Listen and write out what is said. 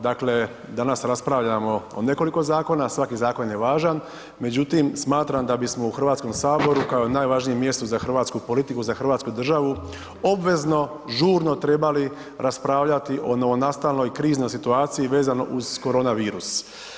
Dakle, danas raspravljamo o nekoliko zakona, svaki zakon je važan, međutim smatram da bismo u Hrvatskom saboru kao najvažnijem mjestu za hrvatsku politiku, za hrvatsku državu, obvezno, žurno trebali raspravljati o novonastaloj kriznoj situaciji vezano uz korona virus.